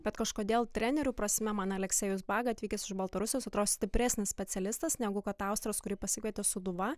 bet kažkodėl trenerių prasme man aleksejus baga atvykęs iš baltarusijos atrodo stipresnis specialistas negu kad austras kurį pasikvietė sūduva